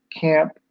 camp